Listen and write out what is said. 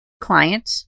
Client